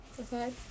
Okay